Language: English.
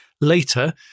later